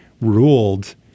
ruled